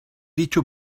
dicho